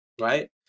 right